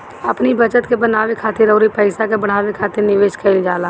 अपनी बचत के बनावे खातिर अउरी पईसा के बढ़ावे खातिर निवेश कईल जाला